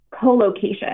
co-location